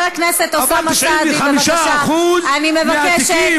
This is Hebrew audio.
אבל 95% מהתיקים